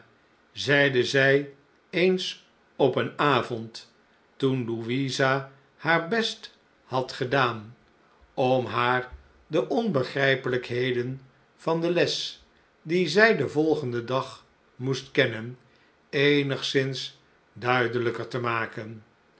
zeide zij eens op een avond toen louisa haar best had gedaan om haar de onbegrijpelijkheden van de les die zij den volgenden dag moest kennen eenigszins duidelijker te maken